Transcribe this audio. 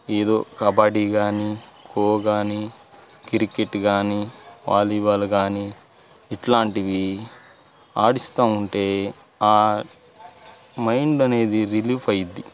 ఏదో కబడీ కానీ కోకో కానీ క్రికెట్ కానీ వాలీబాల్ కానీ ఇట్లాంటివి ఆడిస్తు ఉంటే ఆ మైండ్ అనేది రిలీఫ్ అయ్యుద్ది